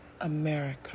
America